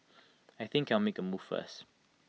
I think I'll make A move first